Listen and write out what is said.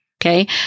Okay